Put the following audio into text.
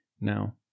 now